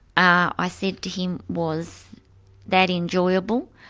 i said to him, was that enjoyable?